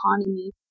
economy